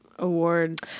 Award